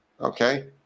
okay